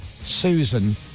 Susan